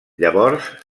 llavors